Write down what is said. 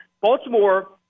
Baltimore